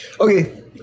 Okay